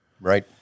Right